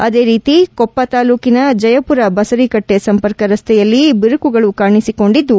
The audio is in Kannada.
ಅದೇ ರೀತಿ ಕೊಪ್ಪ ತಾಲೂಕಿನ ಜಯಪುರ ಬಸರಿ ಕಟ್ಟೆ ಸಂಪರ್ಕ ರಸ್ತೆಯಲ್ಲಿ ಬಿರುಕುಗಳು ಕಾಣಿಸಿಕೊಂಡಿದ್ದು